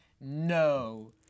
no